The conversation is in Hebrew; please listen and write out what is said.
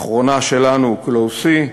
האחרונה שלנו, "Klos C"